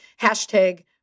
hashtag